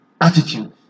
attitude